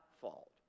fault